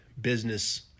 business